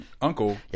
uncle